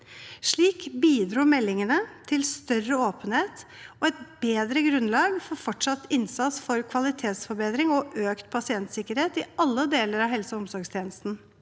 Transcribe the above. Slik bidro meldingene til større åpenhet og et bedre grunnlag for fortsatt innsats for kvalitetsforbedring og økt pasientsikkerhet i alle deler av helse- og omsorgstjenesten.